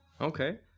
Okay